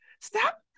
stop